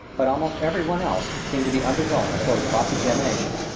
but almost every one else seemed to be undergoing a sort of cross-examination.